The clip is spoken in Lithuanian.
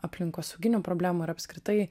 aplinkosauginių problemų ir apskritai